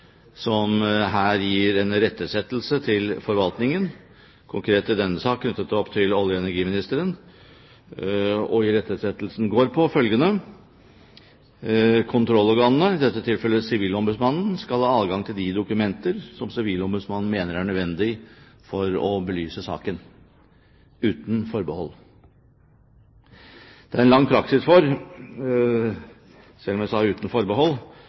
som her gir en irettesettelse til forvaltningen – konkret i denne saken knyttet opp til olje- og energiministeren. Irettesettelsen går på følgende: Kontrollorganene – i dette tilfellet Sivilombudsmannen – skal ha adgang til de dokumenter som Sivilombudsmannen mener er nødvendige for å belyse saken, uten forbehold. Det er lang praksis for – selv om jeg sa «uten forbehold»